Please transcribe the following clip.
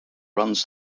runs